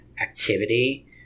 activity